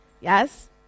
yes